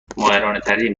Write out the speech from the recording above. ماهرانهترین